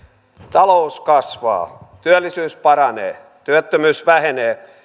talous kasvaa työllisyys paranee työttömyys vähenee